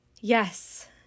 Yes